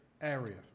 area